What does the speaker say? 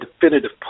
definitive